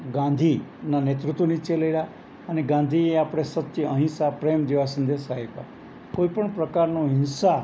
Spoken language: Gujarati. ગાંધીના નેતૃત્વ નીચે લડ્યાં અને ગાંધીએ આપણે સત્ય અહિંસા પ્રેમ જેવા સંદેશા આપ્યા કોઈ પણ પ્રકારનો હિંસા